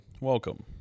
Welcome